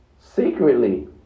secretly